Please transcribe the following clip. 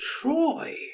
Troy